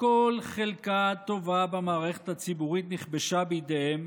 כל חלקה טובה במערכת הציבורית נכבשה בידיהם,